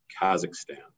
Kazakhstan